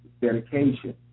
dedication